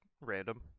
random